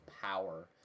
power